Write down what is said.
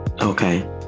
Okay